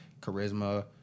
charisma